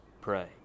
pray